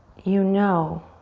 you know,